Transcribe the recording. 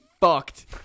fucked